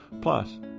Plus